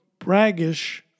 braggish